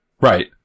Right